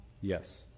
Yes